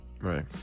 Right